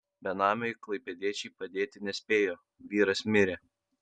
benamiui klaipėdiečiai padėti nespėjo vyras mirė